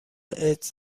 ایدز